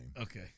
Okay